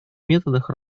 методах